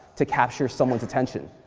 to capture someone's attention.